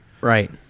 Right